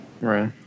Right